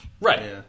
right